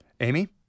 Amy